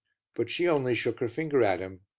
but she only shook her finger at him,